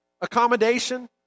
accommodation